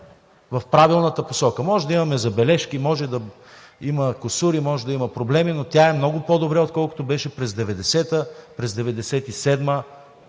в правилната посока. Може да имаме забележки, може да има кусури, може да има проблеми, но тя е много по-добре, отколкото беше през 1990-а, през 1997-ма,